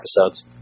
episodes